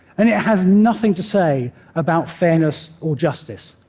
and it has nothing to say about fairness or justice.